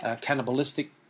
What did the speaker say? cannibalistic